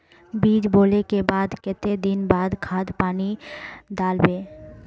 बीज बोले के बाद केते दिन बाद खाद पानी दाल वे?